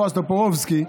בועז טופורובסקי,